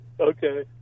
Okay